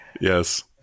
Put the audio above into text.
Yes